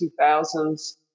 2000s